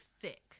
thick